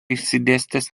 išsidėstęs